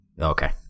okay